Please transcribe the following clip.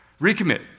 recommit